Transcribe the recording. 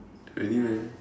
really meh